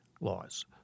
laws